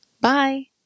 Bye